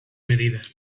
medida